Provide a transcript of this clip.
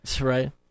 Right